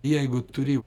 jeigu turi